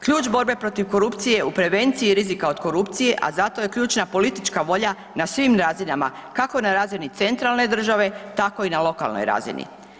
Ključ borbe protiv korupcije je u prevenciji rizika od korupcije, a zato je ključna politička volja na svim razinama kako na razini centralne države tako i na lokalnoj razini.